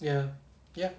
ya yup